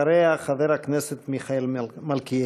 אחריה, חבר הכנסת מיכאל מלכיאלי.